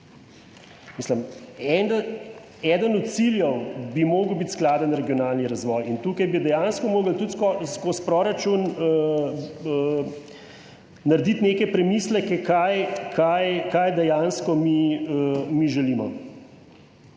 Mislim, eden od ciljev bi moral biti skladen regionalni razvoj in tukaj bi dejansko morali tudi skozi proračun narediti neke premisleke, kaj dejansko mi želimo.